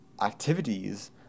activities